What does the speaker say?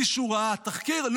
מישהו ראה תחקיר?